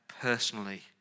personally